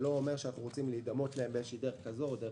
זה לא אומר שאנחנו רוצים להידמות להן בדרך כזו או אחרת.